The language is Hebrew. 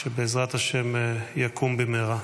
שבעזרת השם יקום במהרה.